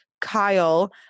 Kyle